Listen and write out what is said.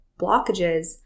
blockages